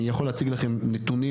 אני יכול להציג לכם נתונים,